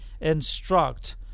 instruct